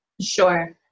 sure